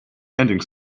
ending